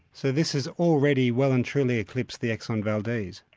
so this has already well and truly eclipsed the exxon valdez?